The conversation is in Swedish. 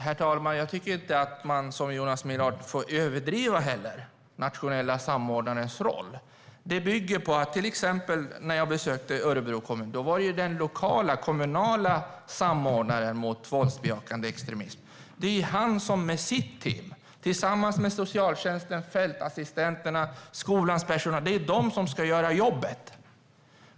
Herr talman! Jag tycker inte att man, som Jonas Millard gör, ska överdriva den nationella samordnarens roll. När jag besökte Örebro kommun träffade jag den lokala och kommunala samordnaren mot våldsbejakande extremism. Det är ju han som med sitt team tillsammans med socialtjänsten, fältassistenter och skolans personal som ska göra jobbet.